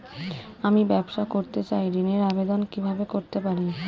আমি ব্যবসা করতে চাই ঋণের আবেদন কিভাবে করতে পারি?